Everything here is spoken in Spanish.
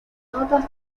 notas